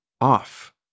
off